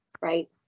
Right